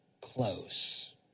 close